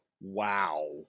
wow